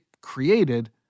created